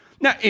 Now